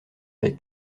avec